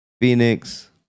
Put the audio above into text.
Phoenix